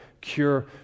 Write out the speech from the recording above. cure